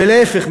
ולהפך,